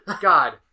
God